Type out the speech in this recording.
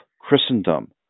christendom